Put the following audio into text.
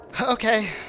Okay